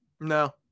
No